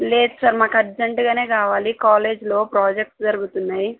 లేదు సార్ మాకు అర్జెంట్గానే కావాలి కాలేజ్లో ప్రాజెక్ట్స్ జరుగుతున్నాయి